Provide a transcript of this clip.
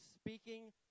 speaking